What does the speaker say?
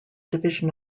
division